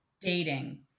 dating